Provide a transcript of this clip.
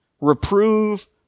reprove